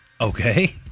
Okay